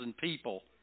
people